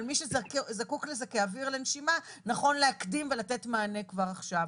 אבל מי שזקוק לזה כאוויר לנשימה נכון להקדים ולתת מענה כבר עכשיו.